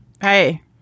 Hey